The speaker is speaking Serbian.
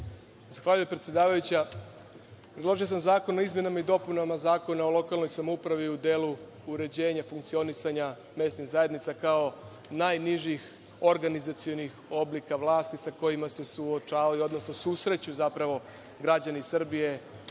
Zahvaljujem. Predložio sam zakon o izmenama i dopunama Zakona o lokalnoj samoupravi u delu uređenja funkcionisanja mesnih zajednica kao najnižih organizacionih oblika vlasti sa kojima se susreću građani Srbije